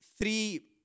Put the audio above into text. three